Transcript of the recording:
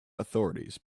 authorities